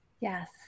yes